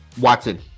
Watson